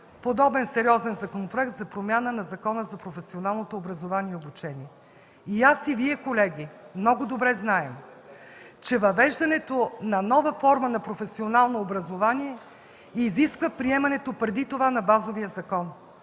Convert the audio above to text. подобен сериозен Законопроект за промяна в Закона за професионалното образование и обучение. И аз, и Вие, колеги, много добре знаем, че въвеждането на нова форма на професионално образование изисква приемането преди това на базовия закон